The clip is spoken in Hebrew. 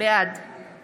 בעד